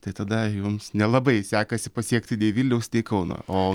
tai tada jums nelabai sekasi pasiekti nei vilniaus nei kauno o